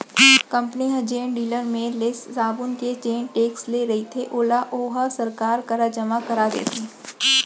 company ह जेन dealer मेर ले साबून के जेन टेक्स ले रहिथे ओला ओहा सरकार करा जमा करा देथे